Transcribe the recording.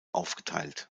aufgeteilt